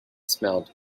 smelled